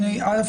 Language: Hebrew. א',